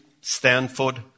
Stanford